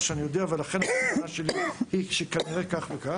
שאני יודע ולכן המסקנה שלי היא כנראה כך וכך.